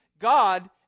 God